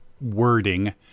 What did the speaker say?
wording